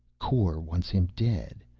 kor wants him dead,